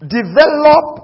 develop